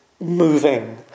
moving